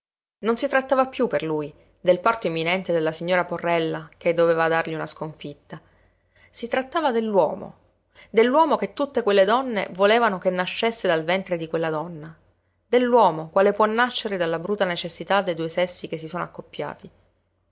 non si trattava più per lui del parto imminente della signora porrella che doveva dargli una sconfitta si trattava dell'uomo dell'uomo che tutte quelle donne volevano che nascesse dal ventre di quella donna dell'uomo quale può nascere dalla bruta necessità dei due sessi che si sono accoppiati